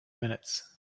minutes